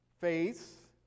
faith